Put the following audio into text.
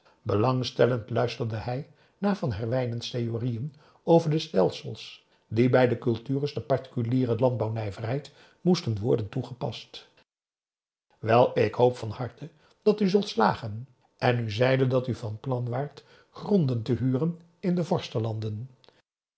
belangstellend luisterde hij naar van herwijnen's theoriën over de stelsels die bij de cultures de particuliere landbouw nijverheid moesten worden toegepast wel ik hoop van harte dat u zult slagen en u zeide dat u van plan waart gronden te huren in de